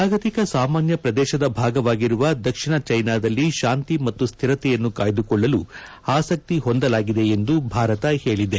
ಜಾಗತಿಕ ಸಾಮಾನ್ಯ ಪ್ರದೇಶದ ಭಾಗವಾಗಿರುವ ದಕ್ಷಿಣ ಚೀನಾದಲ್ಲಿ ಶಾಂತಿ ಮತ್ತು ಸ್ಥಿರತೆಯನ್ನು ಕಾಯ್ದುಕೊಳ್ಳಲು ಆಸಕ್ತಿ ಹೊಂದಲಾಗಿದೆ ಎಂದು ಭಾರತ ಹೇಳಿದೆ